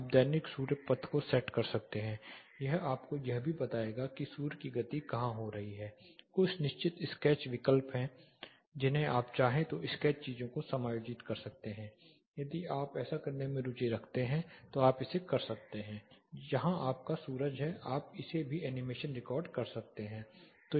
आप दैनिक सूर्य पथ को सेट कर सकते हैं यह आपको यह भी बताएगा कि सूर्य की गति कहां हो रही है कुछ निश्चित स्केच विकल्प हैं जिन्हें आप चाहें तो स्केच चीजों को समायोजित कर सकते हैं यदि आप ऐसा करने में रुचि रखते हैं तो आप इसे कर सकते हैं यह जहां आपका सूरज है आप इस में भी एनिमेशन रिकॉर्ड कर सकते हैं